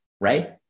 right